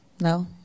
No